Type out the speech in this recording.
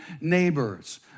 neighbors